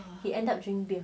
he ended up drink beer